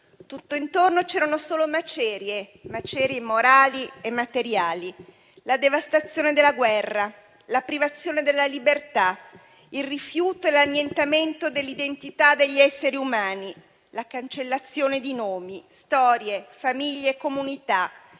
Tutto intorno c'erano solo macerie, macerie morali e materiali, la devastazione della guerra, la privazione della libertà, il rifiuto e l'annientamento dell'identità degli esseri umani, la cancellazione di nomi, storie, famiglie e comunità,